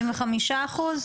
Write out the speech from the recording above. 65%?